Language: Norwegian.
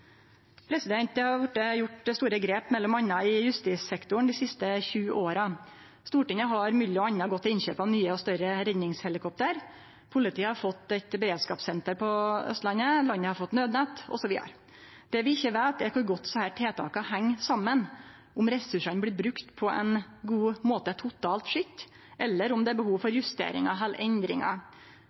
Det har vorte teke store grep m.a. i justissektoren dei siste sju åra. Stortinget har m.a. gått til innkjøp av nye og større redningshelikopter. Politiet har fått eit beredskapssenter på Austlandet, og landet har fått Nødnett osv. Det vi ikkje veit, er kor godt desse tiltaka heng saman, om ressursane blir brukte på ein god måte totalt sett, eller om det er behov for justeringar eller endringar.